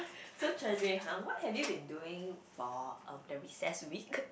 so treasured !huh! what have you been doing for hmm the recess week